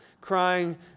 crying